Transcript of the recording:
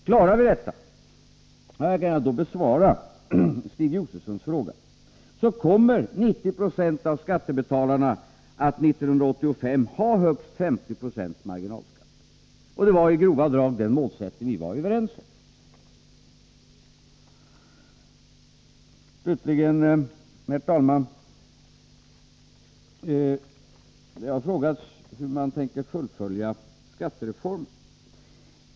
Klarar vi detta — och här kan jag då besvara Stig Josefsons fråga — så kommer 90 26 av skattebetalarna att år 1985 ha högst 50 96 i marginalskatt. Och det var i grova drag den målsättning vi var överens om. Slutligen, herr talman! Det har frågats hur vi tänker fullfölja skattereformen.